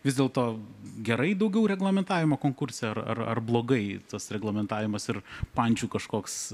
vis dėlto gerai daugiau reglamentavimo konkurse ar ar blogai tas reglamentavimas ir pančių kažkoks